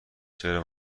چرا